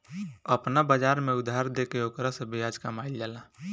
आपना बाजार में उधार देके ओकरा से ब्याज कामईल जाला